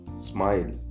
smile